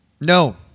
No